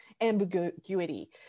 ambiguity